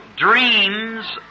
Dreams